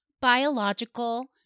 biological